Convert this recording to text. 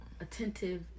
attentive